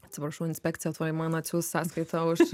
atsiprašau inspekcija tuoj man atsiųs sąskaitą už